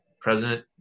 President